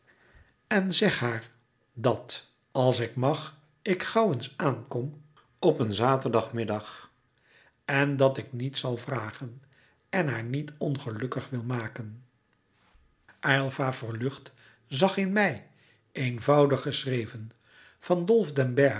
en zeg haar dat als ik mag ik gauw louis couperus metamorfoze eens aankom op een zaterdag middag en dat ik niets zal vragen en haar niet ongelukkig wil maken aylva verlucht zag in mei eenvoudig geschreven van dolf